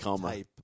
type